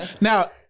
Now